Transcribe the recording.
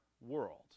world